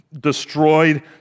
destroyed